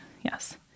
Yes